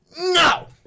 No